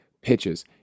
pitches